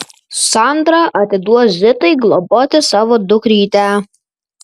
sandra atiduos zitai globoti savo dukrytę